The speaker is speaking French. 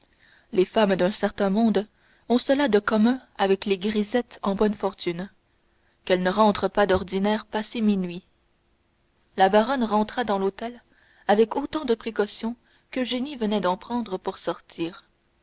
les femmes d'un certain monde ont cela de commun avec les grisettes en bonne fortune qu'elles ne rentrent pas d'ordinaire passé minuit la baronne rentra dans l'hôtel avec autant de précaution qu'eugénie venait d'en prendre pour sortir